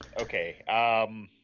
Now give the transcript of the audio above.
Okay